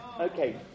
Okay